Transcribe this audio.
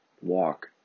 walk